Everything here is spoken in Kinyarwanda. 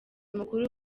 mukuru